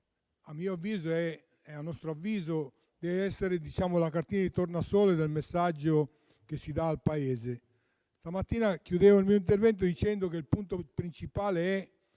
e finanza - a nostro avviso - deve essere la cartina di tornasole del messaggio che si dà al Paese. Stamattina chiudevo il mio intervento dicendo che il punto principale